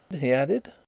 he added.